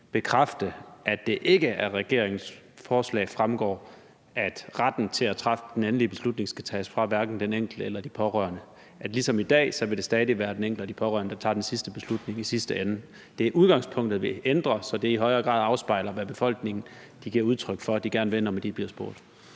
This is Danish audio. at det ikke af regeringens forslag fremgår, at retten til at træffe den endelige beslutning hverken skal tages fra den enkelte eller de pårørende, og at det ligesom i dag stadig vil være den enkelte og de pårørende, der tager den sidste beslutning i sidste ende? Det er udgangspunktet, vi ændrer, så det i højere grad afspejler, hvad befolkningen giver udtryk for at de gerne vil, når de bliver spurgt.